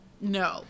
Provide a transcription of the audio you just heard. No